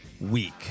week